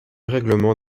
règlement